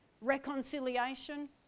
reconciliation